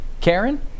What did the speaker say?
Karen